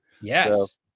Yes